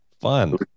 fun